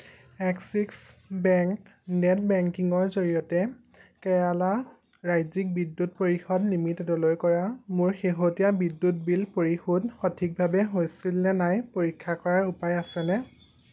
axis bank net বেংকিঙৰ জৰিয়তে কেৰালা ৰাজ্যিক বিদ্যুৎ পৰিষদ লিমিটেডলৈ কৰা মোৰ শেহতীয়া বিদ্যুৎ বিল পৰিশোধ সঠিকভাৱে হৈছিল নে নাই পৰীক্ষা কৰাৰ উপায় আছেনে